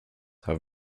have